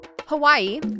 Hawaii